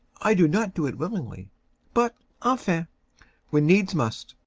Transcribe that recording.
i do not do it willingly but, enfin when needs must